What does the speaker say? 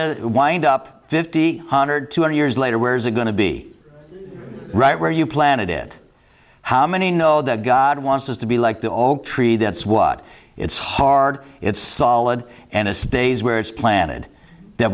to wind up fifty hundred two hundred years later where is it going to be right where you planted it how many know that god wants us to be like the oak tree that's what it's hard it's solid and it stays where it's planted that